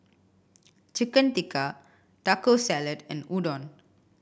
Chicken Tikka Taco Salad and Udon